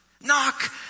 Knock